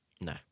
No